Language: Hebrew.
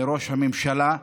מראש הממשלה,